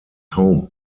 home